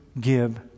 give